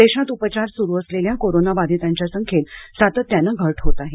देशात उपचार सुरू असलेल्या कोरोना बाधितांच्या संख्येत सातत्याने घट होत आहे